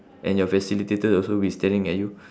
and your facilitator also will be staring at you